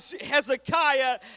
Hezekiah